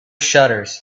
shutters